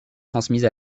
transmise